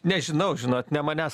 nežinau žinot ne manęs